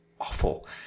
awful